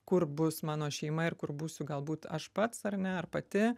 kur bus mano šeima ir kur būsiu galbūt aš pats ar ne ar pati